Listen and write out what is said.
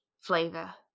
flavor